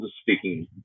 speaking